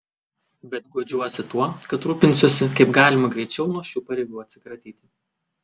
bet guodžiuosi tuo kad rūpinsiuosi kaip galima greičiau nuo šių pareigų atsikratyti